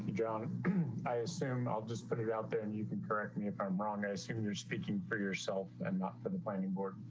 john and i assumed. i'll just put it out there and you can correct me if i'm wrong. i assume and you're speaking for yourself and not for the planning board.